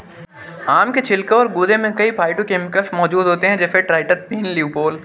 आम के छिलके और गूदे में कई फाइटोकेमिकल्स मौजूद होते हैं, जैसे ट्राइटरपीन, ल्यूपोल